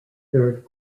third